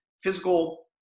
physical